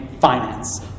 finance